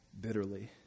bitterly